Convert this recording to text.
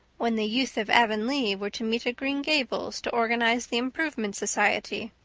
when the youth of avonlea were to meet at green gables to organize the improvement society.